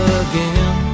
again